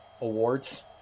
awards